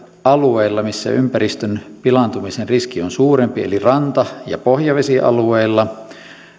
alueilla missä ympäristön pilaantumisen riski on suurempi eli ranta ja pohjavesialueilla